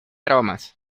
aromas